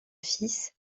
fils